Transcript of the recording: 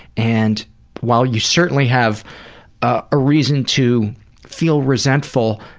and while you certainly have a reason to feel resentful,